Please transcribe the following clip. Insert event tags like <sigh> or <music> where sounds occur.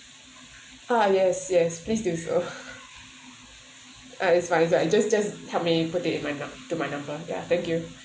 ah yes yes please do so <breath> uh is fine is fine just just help me put it in my mac~ to my number ya thank you